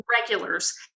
regulars